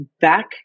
back